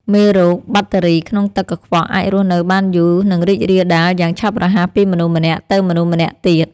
មេរោគបាក់តេរីក្នុងទឹកកខ្វក់អាចរស់នៅបានយូរ និងរីករាលដាលយ៉ាងឆាប់រហ័សពីមនុស្សម្នាក់ទៅមនុស្សម្នាក់ទៀត។